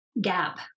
gap